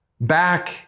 back